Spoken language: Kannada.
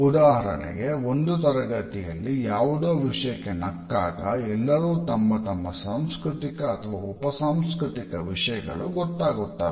ಉದಾಹರಣೆಗೆ ಒಂದು ತರಗತಿಯಲ್ಲಿ ಯಾವುದೋ ವಿಷಯಕ್ಕೆ ನಕ್ಕಾಗ ಎಲ್ಲರು ತಮ್ಮ ತಮ್ಮ ಸಾಂಸ್ಕೃತಿಕ ಅಥವಾ ಉಪ ಸಾಂಸ್ಕೃತಿಕ ವಿಷಯಗಳು ಗೊತ್ತಾಗುತಾವೆ